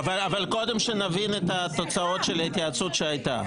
אבל קודם שנבין את התוצאות של ההתייעצות שהייתה.